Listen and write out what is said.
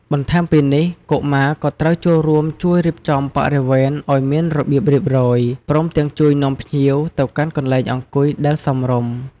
បន្ថែមពីនេះ កុមារក៏ត្រូវចូលរួមជួយរៀបចំបរិវេណឲ្យមានរបៀបរៀបរយ ព្រមទាំងជួយនាំភ្ញៀវទៅកាន់កន្លែងអង្គុយដែលសមរម្យ។